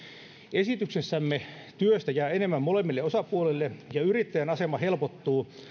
esityksessämme työstä jää enemmän molemmille osapuolille ja yrittäjän asema helpottuu